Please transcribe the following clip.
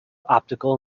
optical